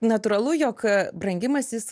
natūralu jog brangimas jis